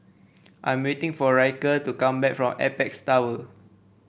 I'm waiting for Ryker to come back from Apex Tower